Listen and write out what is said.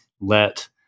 let